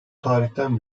tarihten